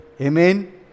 Amen